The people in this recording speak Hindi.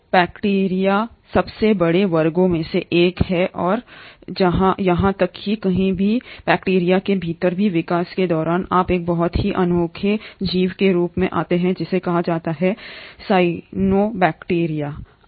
तो बैक्टीरिया सबसे बड़े वर्गों में से एक है और यहां तक कि कहीं भी बैक्टीरिया के भीतर भी विकास के दौरान आप एक बहुत ही अनोखे जीव के रूप में आते हैं जिसे कहा जाता है साइनोबैक्टीरीया